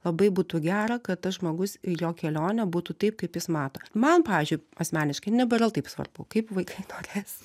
labai būtų gera kad tas žmogus jo kelionė būtų taip kaip jis mato man pavyzdžiui asmeniškai nebėra taip svarbu kaip vaikai norės